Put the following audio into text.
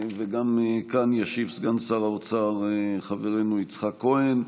וגם כאן ישיב סגן שר האוצר חברנו יצחק כהן,